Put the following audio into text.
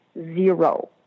zero